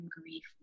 grief